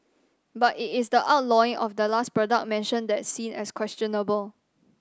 but it is the outlawing of that last product mentioned that's seen as questionable